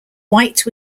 white